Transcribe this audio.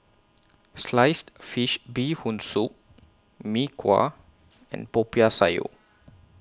Sliced Fish Bee Hoon Soup Mee Kuah and Popiah Sayur